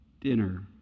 dinner